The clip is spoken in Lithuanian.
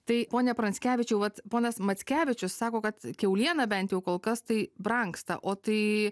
tai pone pranckevičiau vat ponas mackevičius sako kad kiauliena bent jau kol kas tai brangsta o tai